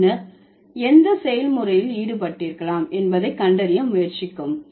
பின்னர் எந்த செயல்முறையில் ஈடுபட்டிருக்கலாம் என்பதை கண்டறிய முயற்சிக்கவும்